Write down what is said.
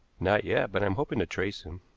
not yet, but i'm hoping to trace him.